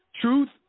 truth